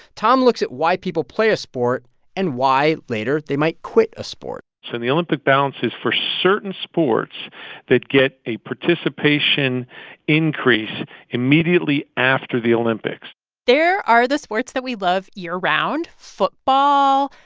tom looks at why people play a sport and why, later, they might quit a sport so the olympic bounce is for certain sports that get a participation increase immediately after the olympics there are the sports that we love year-round football,